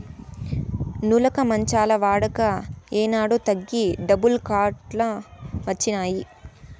నులక మంచాల వాడక ఏనాడో తగ్గి డబుల్ కాట్ లు వచ్చినాయి